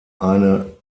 eine